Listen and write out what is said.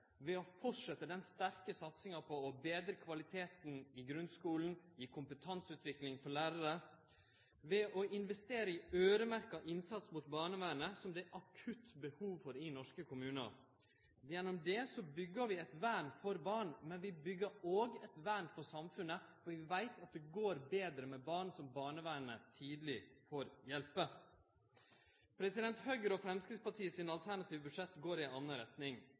den sterke satsinga på å betre kvaliteten i grunnskulen, gi kompetanseutvikling for lærarar, ved å investere i øyremerkt innsats i barnevernet, som det er akutt behov for i norske kommunar. Gjennom dette byggjer vi eit vern for barn, men vi byggjer òg eit vern for samfunnet, for vi veit at det går betre med barn som barnevernet tidleg får hjelpe. Høgre og Framstegspartiet sine alternative budsjett går i ei anna retning.